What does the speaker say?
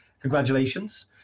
Congratulations